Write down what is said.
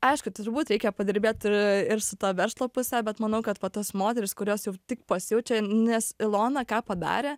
aišku turbūt reikia padirbėt ir ir su tuo verslo puse bet manau kad va tos moterys kurios jau tik pasijaučia nes ilona ką padarė